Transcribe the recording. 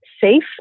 safe